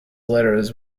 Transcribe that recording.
letters